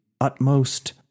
utmost